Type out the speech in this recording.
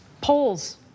polls